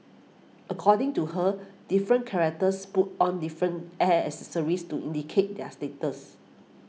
according to her different characters put on different hairs accessories to indicate their status